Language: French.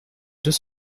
deux